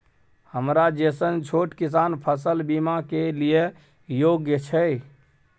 हमरा जैसन छोट किसान फसल बीमा के लिए योग्य छै?